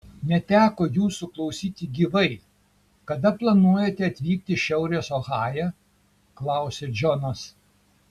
neteko jūsų klausyti gyvai kada planuojate atvykti į šiaurės ohają klausia džonas